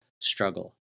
struggle